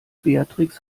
beatrix